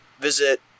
visit